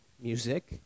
music